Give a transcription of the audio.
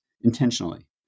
intentionally